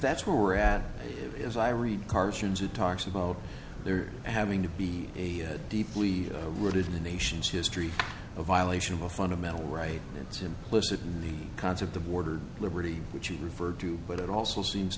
that's where we're at as i read carson's it talks about there having to be a deeply rooted in the nation's history a violation of a fundamental right and it's implicit in the concept the border liberty which you referred to but it also seems